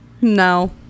no